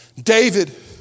David